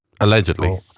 Allegedly